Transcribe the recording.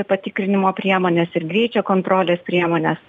patikrinimo priemones ir greičio kontrolės priemones